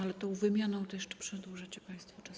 Ale tą wymianą to jeszcze przedłużacie państwo czas.